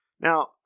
now